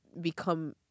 become